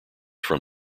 from